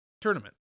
tournament